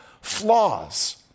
flaws